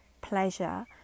pleasure